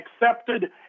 accepted